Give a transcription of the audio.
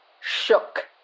shook